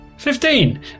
Fifteen